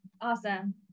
Awesome